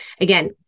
Again